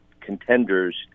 contenders